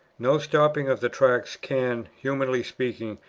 no stopping of the tracts can, humanly speaking,